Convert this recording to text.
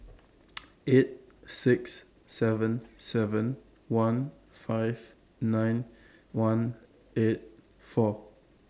eight six seven seven one five nine one eight four